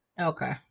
Okay